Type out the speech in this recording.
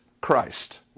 Christ